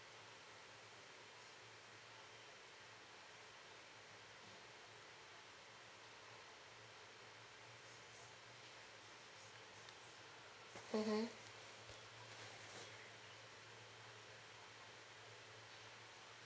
mmhmm